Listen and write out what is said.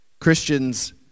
Christians